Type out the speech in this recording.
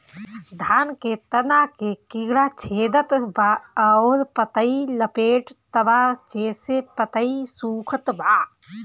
धान के तना के कीड़ा छेदत बा अउर पतई लपेटतबा जेसे पतई सूखत बा?